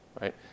right